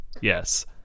Yes